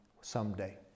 someday